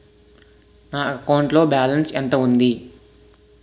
నా అకౌంట్ లో బాలన్స్ ఎంత ఉంది?